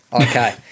Okay